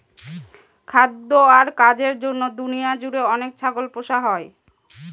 খাদ্য আর কাজের জন্য দুনিয়া জুড়ে অনেক ছাগল পোষা হয়